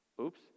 Oops